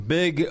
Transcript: big